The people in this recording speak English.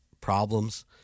problems